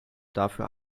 dafür